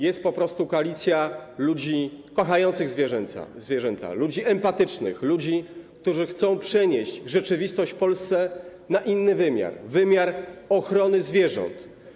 Jest po prostu koalicja ludzi kochających zwierzęta, ludzi empatycznych, ludzi, który chcą przenieść rzeczywistość w Polsce na inny wymiar, wymiar ochrony zwierząt.